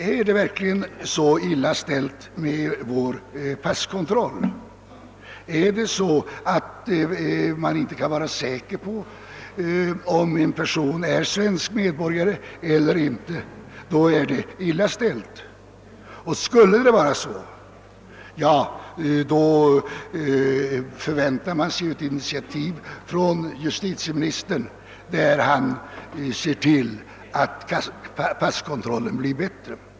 är det verkligen så illa ställt med vår passkontroll att man inte kan vara säker på att en passinnehavare är svensk medborgare eller inte? Skulle det vara så förväntar vi oss ett initiativ från justitieministern för att tillse att passkontrollen blir bättre.